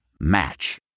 Match